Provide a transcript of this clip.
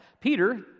Peter